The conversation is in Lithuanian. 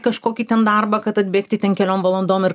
kažkokį ten darbą kad atbėgti ten keliom valandom ir